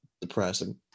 depressing